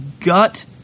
gut